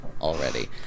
already